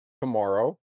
tomorrow